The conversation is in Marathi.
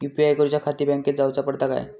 यू.पी.आय करूच्याखाती बँकेत जाऊचा पडता काय?